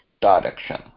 direction